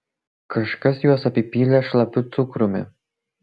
kažkas juos apipylė šlapiu cukrumi